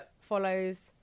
follows